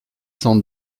cent